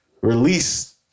release